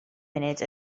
munud